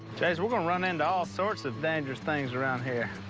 jase, we're gonna run into all sorts of dangerous things around here.